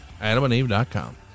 adamandeve.com